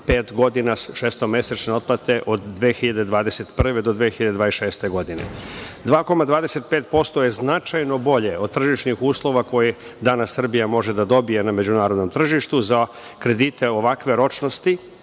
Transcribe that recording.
godina šestomesečne otplate, od 2021. do 2026. godine. Značajno je bolje 2,25% od tržišnih uslova koje danas Srbija može da dobije na međunarodnom tržištu za kredite ovakve ročnosti